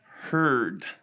heard